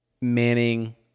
Manning